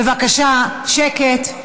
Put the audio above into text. בבקשה, שקט.